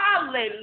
Hallelujah